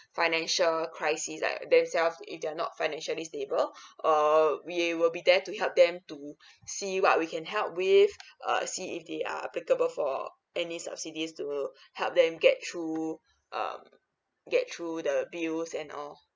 financial crisis like themselves if they're not financially stable err we will be there to help them to see what we can help with uh see if they are applicable for any subsidies to help them get through um get through the bills and all